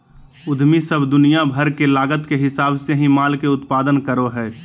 उद्यमी सब दुनिया भर के लागत के हिसाब से ही माल के उत्पादन करो हय